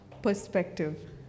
perspective